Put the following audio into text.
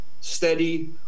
steady